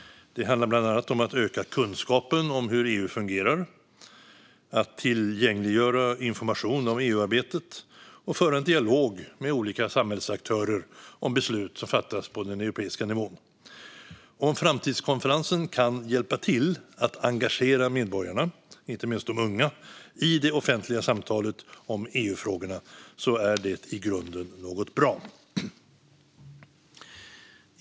Det handlar bland annat om att öka kunskapen om hur EU fungerar, att tillgängliggöra information om EU-arbetet och att föra en dialog med olika samhällsaktörer om beslut som fattas på den europeiska nivån. Om framtidskonferensen kan hjälpa till att engagera medborgarna, inte minst de unga, i det offentliga samtalet om EU-frågorna är det i grunden något bra.